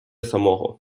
самого